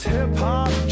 hip-hop